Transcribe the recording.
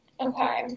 Okay